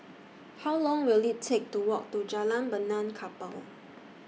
How Long Will IT Take to Walk to Jalan Benaan Kapal